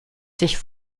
sich